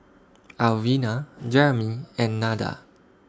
Alvina Jeremie and Nada